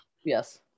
Yes